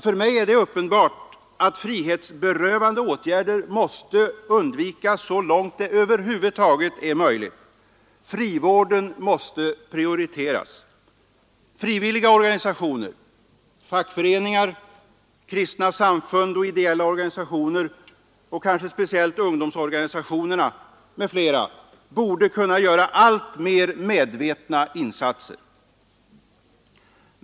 För mig är det uppenbart att frihetsberövande åtgärder måste undvikas så långt det över huvud taget är möjligt. Frivården måste prioriteras. Frivilliga organisationer — fackföreningar, kristna samfund, ideella organisationer, kanske speciellt ungdomsorganisationer, m.fl. — borde kunna göra alltmer medvetna insatser.